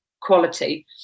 quality